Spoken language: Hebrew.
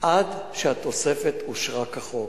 עד שהתוספת אושרה כחוק.